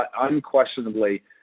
unquestionably